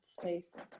space